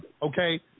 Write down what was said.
Okay